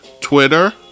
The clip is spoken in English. Twitter